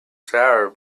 sour